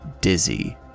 dizzy